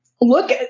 look